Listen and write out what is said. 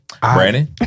Brandon